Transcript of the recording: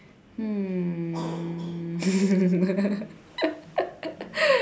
hmm